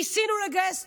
ניסינו לגייס תמיכה.